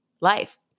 life